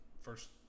first